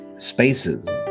Spaces